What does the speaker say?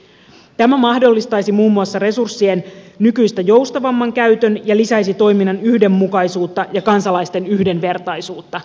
tämä mahdollistaisi muun muassa resurssien nykyistä joustavamman käytön ja lisäisi toiminnan yhdenmukaisuutta ja kansalaisten yhdenvertaisuutta